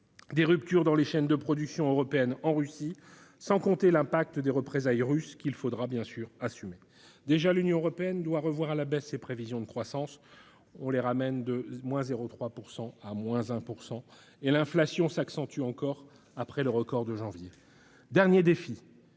des ruptures dans les chaînes de production européennes en Russie, sans compter l'impact des représailles russes, qu'il faudra bien sûr assumer. L'Union européenne revoit d'ores et déjà à la baisse ses prévisions de croissance, de l'ordre de 0,3 % à 1 %, et l'inflation s'accentue encore après le record de ce mois de janvier. Un dernier défi